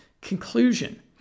conclusion